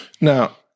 now